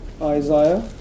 Isaiah